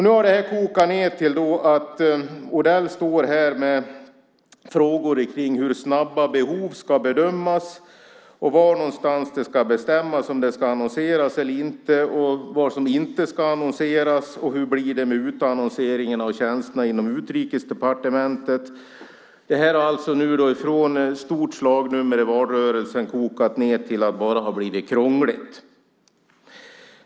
Nu har det här kokat ned till att Odell står här med frågor om hur snabba behov ska bedömas, var någonstans det ska bestämmas om det ska annonseras eller inte, vad som inte ska annonseras och hur det blir med utannonseringen av tjänsterna inom Utrikesdepartementet. Från att ha varit ett stort slagnummer i valrörelsen har detta kokat ned till att bara vara krångligt.